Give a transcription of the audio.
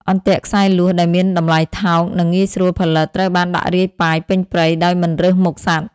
អន្ទាក់ខ្សែលួសដែលមានតម្លៃថោក និងងាយស្រួលផលិត ត្រូវបានដាក់រាយប៉ាយពេញព្រៃដោយមិនរើសមុខសត្វ។